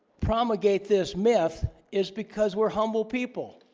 promulgate this myth is because we're humble people